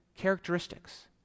Characteristics